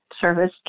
service